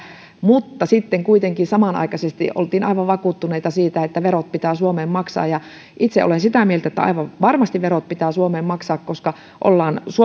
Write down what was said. mutta sitten kuitenkin samanaikaisesti oltiin aivan vakuuttuneita siitä että verot pitää suomeen maksaa itse olen sitä mieltä että aivan varmasti verot pitää suomeen maksaa koska ollaan